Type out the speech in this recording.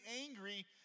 angry